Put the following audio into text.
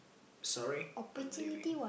sorry I'm leaving